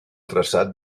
traçat